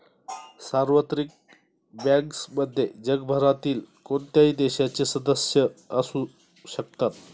सार्वत्रिक बँक्समध्ये जगभरातील कोणत्याही देशाचे सदस्य असू शकतात